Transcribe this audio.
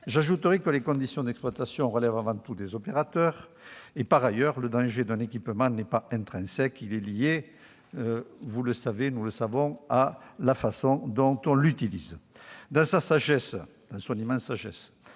J'ajoute que les conditions d'exploitation relèvent avant tout des opérateurs. Par ailleurs, le danger d'un équipement n'est pas intrinsèque ; il est lié, nous le savons, à la façon dont on l'utilise. Dans son immense sagesse,